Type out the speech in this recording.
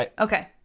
Okay